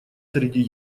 среди